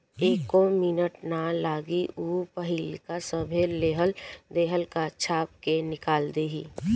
एक्को मिनट ना लागी ऊ पाहिलका सभे लेहल देहल का छाप के निकल दिहि